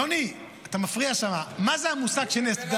יוני, אתה מפריע שמה, מה זה המושג נס?